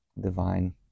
divine